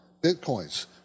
Bitcoins